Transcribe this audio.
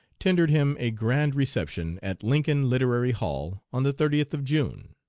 tendered him a grand reception at lincoln literary hall on the thirtieth of june.